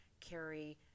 carry